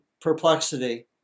perplexity